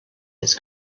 its